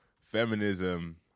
feminism